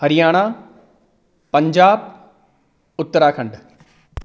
Haryana Punjab Uttarakhand